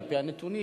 על-פי הנתונים,